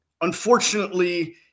unfortunately